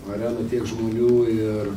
arenoj tiek žmonių ir